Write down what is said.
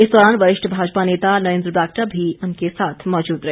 इस दौरान वरिष्ठ भाजपा नेता नरेन्द्र बारागटा भी उनके साथ मौजूद रहे